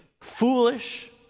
foolish